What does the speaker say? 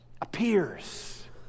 Appears